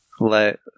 Let